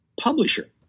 publisher